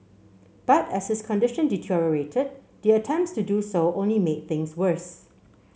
but as his condition deteriorated the attempts to do so only made things worse